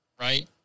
right